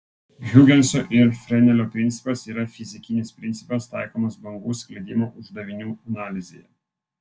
hiugenso ir frenelio principas yra fizikinis principas taikomas bangų sklidimo uždavinių analizėje